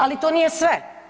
Ali to nije sve.